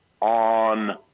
on